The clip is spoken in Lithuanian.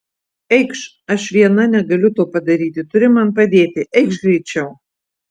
eikš aš viena negaliu to padaryti turi man padėti eikš greičiau